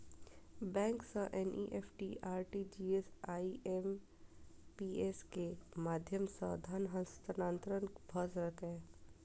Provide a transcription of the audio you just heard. bank सं NEFT, RTGS, IMPS के माध्यम सं धन हस्तांतरण भए सकैए